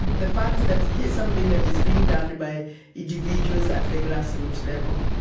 the fact that here's something that is being done by individuals at the grassroots level,